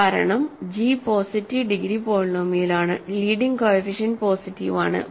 കാരണം g positive degree പോളിനോമിയലാണ് leading coefficient positive ആണ്